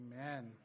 Amen